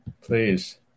please